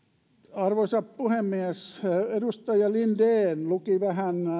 arvoisa puhemies edustaja linden luki vähän